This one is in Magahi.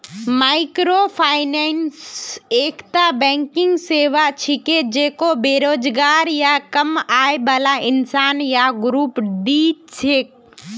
माइक्रोफाइनेंस एकता बैंकिंग सेवा छिके जेको बेरोजगार या कम आय बाला इंसान या ग्रुपक दी छेक